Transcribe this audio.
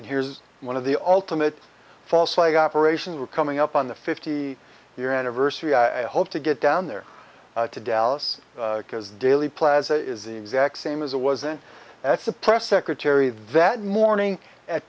and here's one of the ultimate false flag operations were coming up on the fifty year anniversary i hope to get down there to dallas because daley plaza is the exact same as it wasn't that's the press secretary that morning at